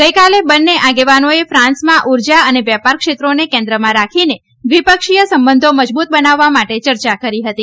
ગઇકાલે બન્ને આગેવાનોએ ફ્રાંસમાં ઉર્જા અને વેપાર ક્ષેત્રોને કેન્દ્રમાં રાખીને દ્રિપક્ષીય સંબંધો મજબૂત બનાવવા માટે ચર્ચા કરી હતી